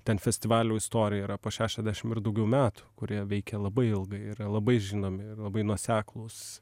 ten festivalių istorija yra po šešiasdešim ir daugiau metų kurie veikia labai ilgai yra labai žinomi ir labai nuoseklūs